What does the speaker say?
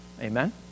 amen